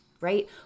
right